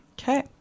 Okay